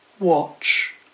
Watch